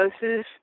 doses